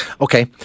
Okay